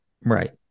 right